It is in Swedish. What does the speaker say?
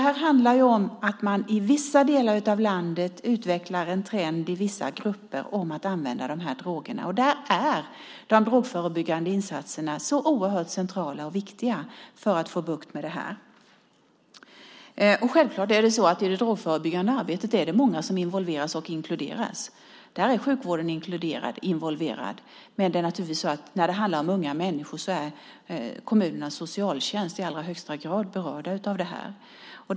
Här handlar det om att man i vissa delar av landet utvecklar en trend i vissa grupper att använda de här drogerna. Där är de drogförebyggande insatserna så oerhört centrala och viktiga för att få bukt med detta. Självklart är det många som involveras och inkluderas i det drogförebyggande arbetet. Där är sjukvården inkluderad och involverad. Men när det handlar om unga människor är naturligtvis kommunernas socialtjänster i allra högsta grad berörda.